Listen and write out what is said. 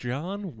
John